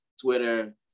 Twitter